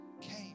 came